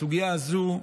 הסוגיה הזו,